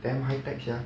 damn high tech sia